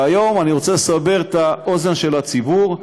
והיום, אני רוצה לסבר את האוזן של הציבור,